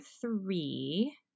three